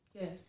Yes